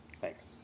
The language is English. Thanks